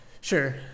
Sure